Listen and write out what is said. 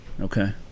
okay